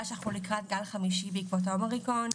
שאנחנו לקראת גל חמישי בעקבות ווריאנט האומיקרון.